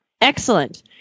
Excellent